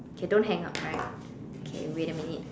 okay don't hang up right okay wait a minute